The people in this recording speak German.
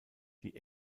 die